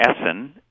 Essen